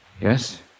Yes